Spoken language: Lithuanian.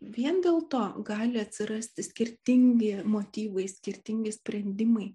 vien dėl to gali atsirasti skirtingi motyvai skirtingi sprendimai